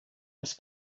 les